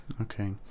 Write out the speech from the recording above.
Okay